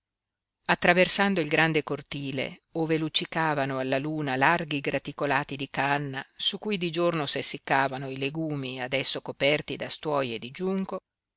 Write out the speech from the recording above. attraversando il grande cortile ove luccicavano alla luna larghi graticolati di canna su cui di giorno s'essiccavano i legumi adesso coperti da stuoie di giunco